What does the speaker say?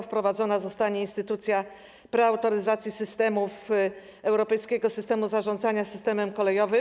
Wprowadzona zostanie instytucja preautoryzacji systemów Europejskiego Systemu Zarządzania Systemem Kolejowym.